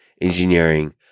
engineering